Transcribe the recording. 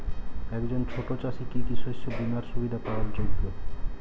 একজন ছোট চাষি কি কি শস্য বিমার সুবিধা পাওয়ার যোগ্য?